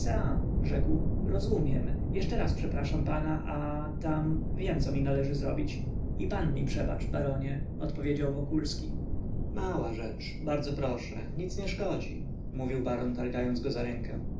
rzekł rozumiem jeszcze raz przepraszam pana a tam wiem co mi należy zrobić i pan mi przebacz baronie odpowiedział wokulski mała rzecz bardzo proszę nic nie szkodzi mówił baron targając go za rękę